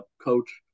coach